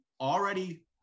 already